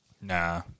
Nah